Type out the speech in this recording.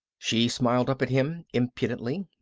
she smiled up at him, impudently.